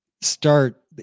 start